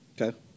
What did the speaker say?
Okay